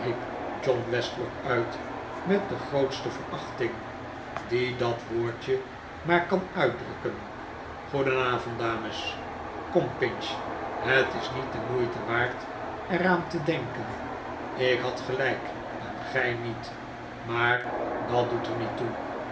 john westlock uit met de grootste verachting die dat woordje maar kan uitdrukken goedenavond dames kom pinch het is niet de moeite waard er aan te denken ik had gelijk en gij niet maar dat doet er niet toe